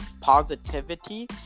positivity